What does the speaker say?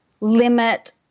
limit